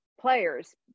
players